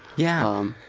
yeah.